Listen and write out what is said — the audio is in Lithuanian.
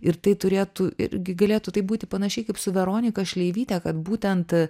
ir tai turėtų irgi galėtų tai būti panašiai kaip su veronika šleivyte kad būtent